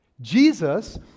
Jesus